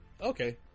Okay